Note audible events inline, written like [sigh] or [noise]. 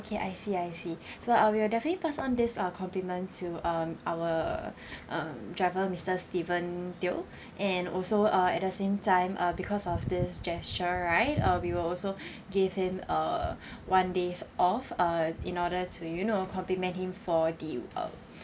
I see I see [breath] so I will definitely pass on this uh compliment to um our um driver mister steven teo and also uh at the same time uh because of this gesture right uh we will also [breath] give him a one day's off uh in order to you know compliment him for the uh